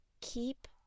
keep